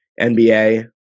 NBA